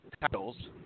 titles